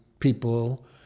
people